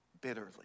bitterly